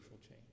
change